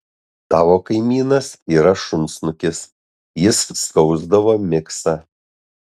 tavo kaimynas yra šunsnukis jis skausdavo miksą